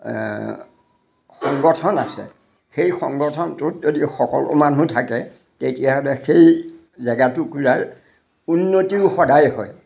সংগঠন আছে সেই সংগঠনটোত যদি সকলো মানুহ থাকে তেতিয়াহ'লে সেই জেগাটুকুৰাৰ উন্নতিও সদায় হয়